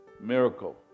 miracle